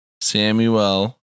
Samuel